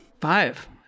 Five